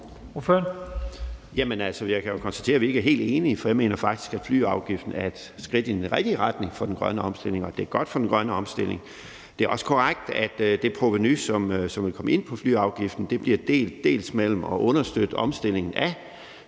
jeg kan jo konstatere, at vi ikke er helt enige, for jeg mener faktisk, at flyafgiften er et skridt i den rigtige retning for den grønne omstilling, og at det er godt for den grønne omstilling. Det er også korrekt, at det provenu, som vil komme ind på grund af flyafgiften, bliver delt mellem dels at understøtte omstillingen af flytransport